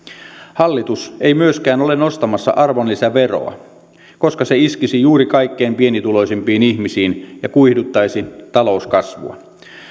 hallitus ei myöskään ole nostamassa arvonlisäveroa koska se iskisi juuri kaikkein pienituloisimpiin ihmisiin ja kuihduttaisi talouskasvua